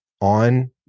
on